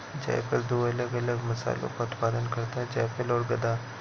जायफल दो अलग अलग मसालों का उत्पादन करता है जायफल और गदा